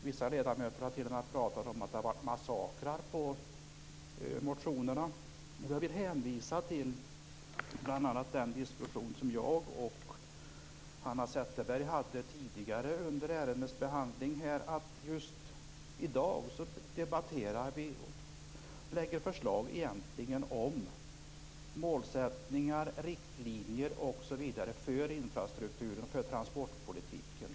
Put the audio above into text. Vissa ledamöter har t.o.m. talat om att det har varit massakrer av motionerna. Jag vill hänvisa till bl.a. den diskussion som jag och Hanna Zetterberg hade tidigare under ärendets behandling, att vi i dag debatterar förslag om målsättningar, riktlinjer osv. för infrastrukturen och transportpolitiken.